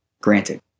Granted